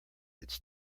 it’s